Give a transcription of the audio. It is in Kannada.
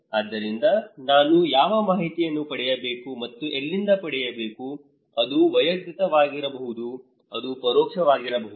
ಆದ್ದರಿಂದ ನಾನು ಯಾವ ಮಾಹಿತಿಯನ್ನು ಪಡೆಯಬೇಕು ಮತ್ತು ಎಲ್ಲಿಂದ ಪಡೆಯಬೇಕು ಅದು ವೈಯಕ್ತಿಕವಾಗಿರಬಹುದು ಅದು ಪರೋಕ್ಷವಾಗಿರಬಹುದು